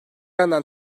yandan